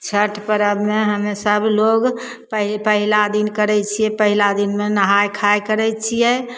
छठ परबमे हमे सभलोक पहि पहिला दिन करै छिए पहिला दिनमे नहाइ खाइ करै छिए